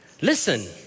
Listen